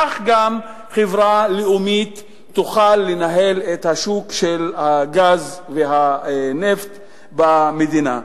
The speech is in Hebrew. כך גם חברה לאומית תוכל לנהל את השוק של הגז והנפט במדינה.